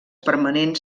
permanents